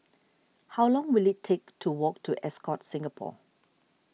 how long will it take to walk to Ascott Singapore